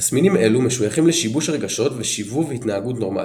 תסמינים אלו משויכים לשיבוש רגשות ושיבוב התנהגות נורמלית.